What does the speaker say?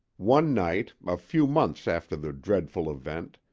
one night, a few months after the dreadful event,